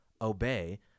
obey